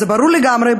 אז ברור לגמרי,